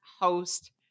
host